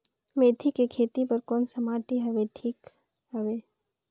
मेथी के खेती बार कोन सा माटी हवे ठीक हवे?